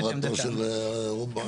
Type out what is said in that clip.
--- בכבודו ובתורתו של אהרון ברק.